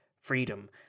freedom